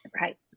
right